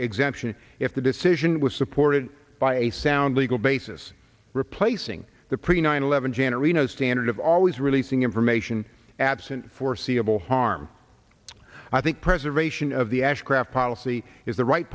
exemption if the decision was supported by a sound legal basis replacing the pre nine eleven janet reno's standard of always releasing information absent foreseeable harm i think preservation of the ashcraft policy is the right